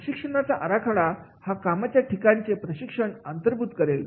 प्रशिक्षणाचा आराखडा हा कामाच्या ठिकाणचे प्रशिक्षण अंतर्भूत करेल